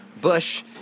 Bush